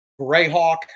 Greyhawk